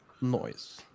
Noise